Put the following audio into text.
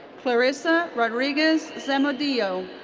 clarissa rodriguez zamudio.